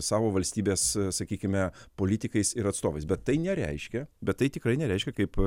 savo valstybės sakykime politikais ir atstovais bet tai nereiškia bet tai tikrai nereiškia kaip